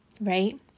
right